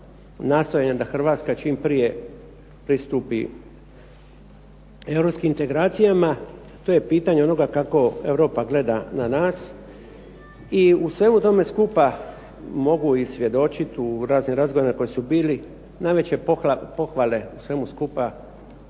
nastojanja da Hrvatska čim prije pristupi europskim integracijama, to je pitanje onoga kako Europa gleda na nas i u svemu tome skupa mogu i svjedočiti u raznim razgovorima koji su bili, najveće pohvale svemu skupa